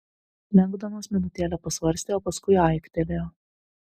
lengdonas minutėlę pasvarstė o paskui aiktelėjo